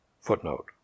Footnote